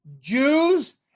Jews